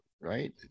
right